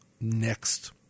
next